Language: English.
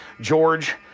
George